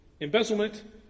embezzlement